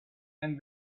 and